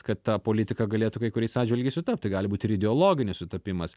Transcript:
kad ta politika galėtų kai kuriais atžvilgiais sutapti gali būt ir ideologinis sutapimas